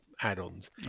add-ons